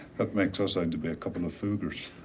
that makes us out to be a couple of fuguers.